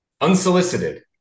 unsolicited